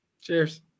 Cheers